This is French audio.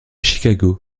chicago